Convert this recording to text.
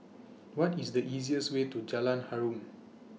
What IS The easiest Way to Jalan Harum